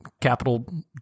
capital